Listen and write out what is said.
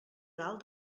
dalt